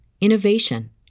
innovation